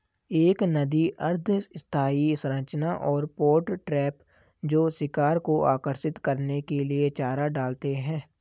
एक नदी अर्ध स्थायी संरचना और पॉट ट्रैप जो शिकार को आकर्षित करने के लिए चारा डालते हैं